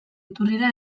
iturrira